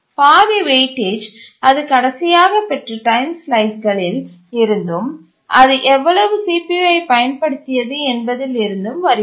பாதி வெயிட்டேஜ் அது கடைசியாகப் பெற்ற டைம் ஸ்லைஸ்களில் இருந்தும் அது எவ்வளவு CPUஐப் பயன்படுத்தியது என்பதில் இருந்தும் வருகிறது